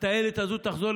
הטיילת הזאת תחזור